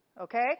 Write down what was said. okay